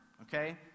Okay